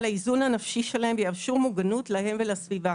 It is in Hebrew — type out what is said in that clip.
האיזון הנפשי שלהם ויאפשרו מוגנות להם ולסביבה.